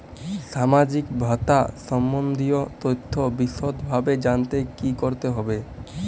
সামাজিক ভাতা সম্বন্ধীয় তথ্য বিষদভাবে জানতে কী করতে হবে?